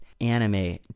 anime